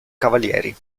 cavalieri